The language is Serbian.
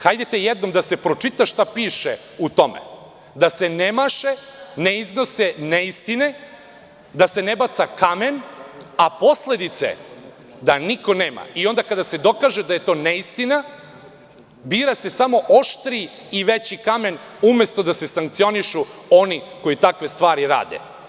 Hajdete jednom da se pročita šta piše u tome, da se ne maše, ne iznose neistine, da se ne baca kamen, a posledice da niko nema i onda kada se dokaže da je to neistina, bira se samo oštriji i veći kamen, umesto da se sankcionišu oni koji takve stvari rade.